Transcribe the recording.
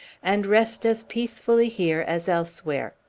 and rest as peacefully here as elsewhere.